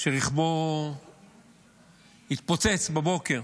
שרכבו התפוצץ בבוקר,